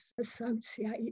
associate